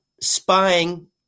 spying